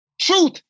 truth